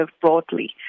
broadly